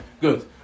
Good